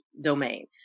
domain